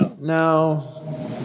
No